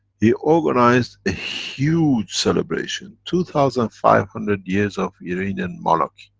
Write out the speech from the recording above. he organized a huge celebration two thousand five hundred years of iranian monarchy.